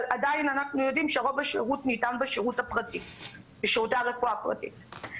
אבל אנחנו יודעים שרוב השירות ניתן בשירותי הרפואה הפרטיים.